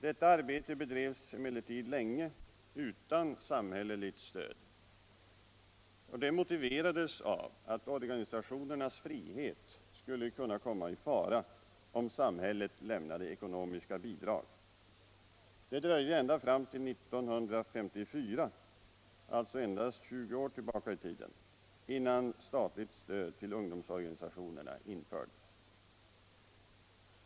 Detta arbete bedrevs emellertid ganska länge utan samhälleligt stöd. Det motiverades av att organisationernas frihet skulle kunna komma i fara om samhället lämnade ekonomiska bidrag. Det dröjde ända fram till 1954 — alltså endast 20 år tillbaka i tiden — innan statligt stöd till ungdomsorganisationerna infördes.